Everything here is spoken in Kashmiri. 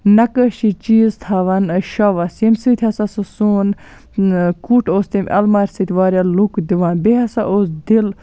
نَقٲشی چیٖز تھاوان شووَس یمہ سۭتۍ ہَسا سُہ سون کُٹھ اوس تمہِ اَلمارِ سۭتۍ واریاہ لُک دِوا بیٚیہِ ہَسا اوس دِل